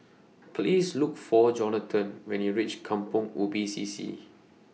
Please Look For Johnathan when YOU REACH Kampong Ubi C C